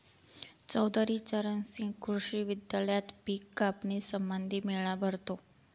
चौधरी चरण सिंह कृषी विद्यालयात पिक कापणी संबंधी मेळा भरतो